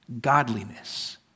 godliness